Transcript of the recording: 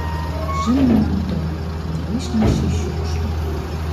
žinoma antroji neišnešei šiukšlių